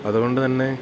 അതുകൊണ്ട് തന്നെ